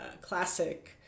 classic